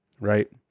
Right